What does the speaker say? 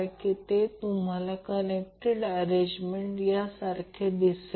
तर हे सर्किट दिले आहे